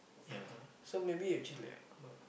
ya so maybe you change like how much